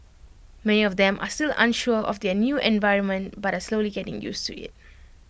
many of them are still unsure of their new environment but are slowly getting used to IT